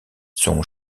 son